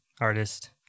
artist